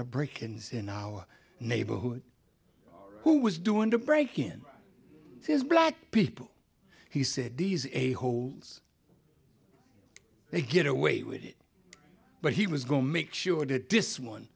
of break ins in our neighborhood who was doing to break in his black people he said these a holes they get away with it but he was going to make sure that this one